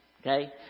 okay